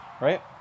right